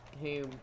Hey